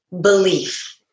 belief